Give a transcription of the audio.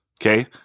Okay